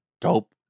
dope